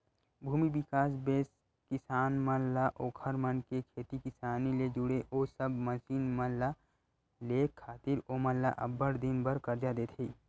भूमि बिकास बेंक किसान मन ला ओखर मन के खेती किसानी ले जुड़े ओ सब मसीन मन ल लेय खातिर ओमन ल अब्बड़ दिन बर करजा देथे